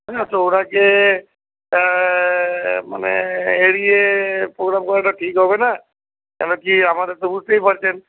তো ওনাকে মানে এড়িয়ে প্রোগ্রাম করাটা ঠিক হবে না কেন কি আমাদের তো বুঝতেই পারছেন